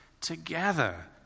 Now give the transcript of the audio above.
Together